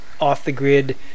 off-the-grid